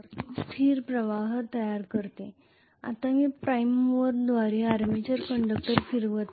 तर हे स्थिर प्रवाह तयार करते आता मी प्राइम मूवर द्वारे आर्मेचर कंडक्टर फिरवित आहे